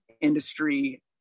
industry